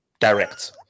direct